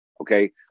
okay